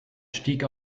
stieg